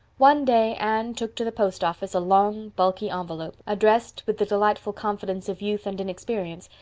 one day anne took to the post office a long, bulky envelope, addressed, with the delightful confidence of youth and inexperience,